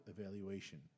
evaluation